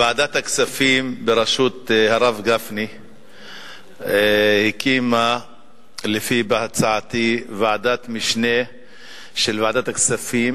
ועדת הכספים בראשות הרב גפני הקימה לפי הצעתי ועדת משנה של ועדת הכספים